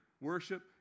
worship